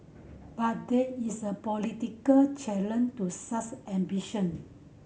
but there is a political challenge to such ambition